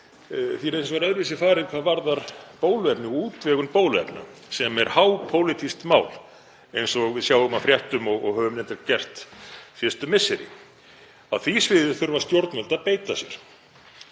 Því er hins vegar öðruvísi farið hvað varðar bóluefni og útvegun bóluefna sem er hápólitískt mál, eins og við sjáum af fréttum og höfum reyndar gert síðustu misseri. Á því sviði þurfa stjórnvöld að beita sér